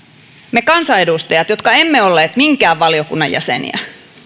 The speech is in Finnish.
me kansanedustajat jotka emme olleet minkään valiokunnan jäseniä